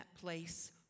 place